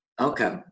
Okay